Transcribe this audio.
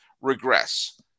regress